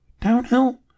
Downhill